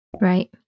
Right